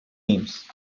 names